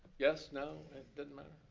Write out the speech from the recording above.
yes, no, doesn't matter?